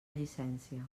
llicència